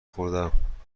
خوردهام